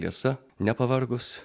liesa nepavargus